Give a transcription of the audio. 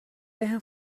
بهم